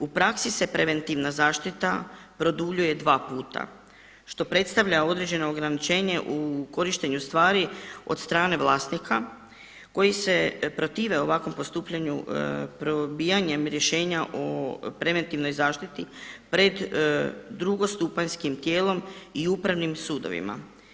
U praksi se preventivna zaštita produljuje 2 puta što predstavlja određeno ograničenje u korištenju stvari od strane vlasnika koji se protive ovakvom postupanju probijanjem rješenja o preventivnoj zaštiti pred drugostupanjskim tijelom i upravnim sudovima.